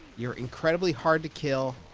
you're incredibly hard to kill,